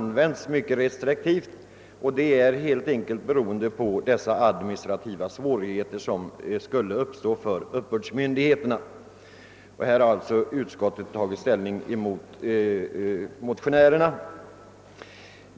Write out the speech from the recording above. använts mycket restriktivt, helt enkelt beroende på de administrativa svårigheter som skulle uppstå för uppbördsmyndigheterna om dispens gavs i alltför stor utsträckning. Utskottsmajoriteten har alltså på denna punkt tagit ställning mot motionärerna.